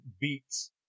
beats